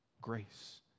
grace